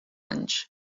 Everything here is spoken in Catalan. anys